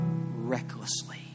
recklessly